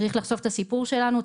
צריך לחשוף את הסיפור שלנו,